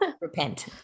Repent